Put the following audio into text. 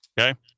okay